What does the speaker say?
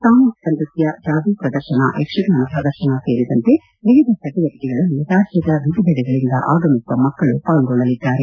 ಸಾಮೂಹಿಕ ನೃತ್ಯ ಜಾದೂ ಶ್ರದರ್ಶನ ಯಕ್ಷಗಾನ ಶ್ರದರ್ಶನ ಸೇರಿದಂತೆ ವಿವಿಧ ಚಟುವಟಕೆಗಳಲ್ಲಿ ರಾಜ್ಯದ ವಿವಿಧೆಡೆಗಳಿಂದ ಆಗಮಿಸುವ ಮಕ್ಕಳು ಪಾಲ್ಗೊಳ್ಳಲಿದ್ದಾರೆ